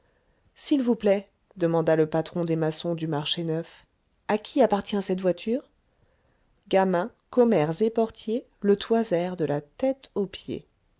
s'il vous plaît demanda le patron des maçons du marché neuf à qui appartient cette voiture gamins commères et portier le toisèrent de la tête aux pieds